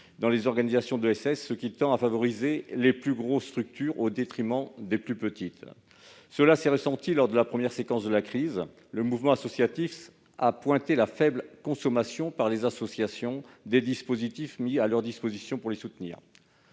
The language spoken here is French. dans les organisations de l'ESS, ce qui tend à favoriser les plus grosses structures au détriment des plus petites. Cela s'est ressenti lors de la première séquence de la crise. Le Mouvement associatif a pointé la faible consommation par les associations des dispositifs mis à leur disposition pour les soutenir.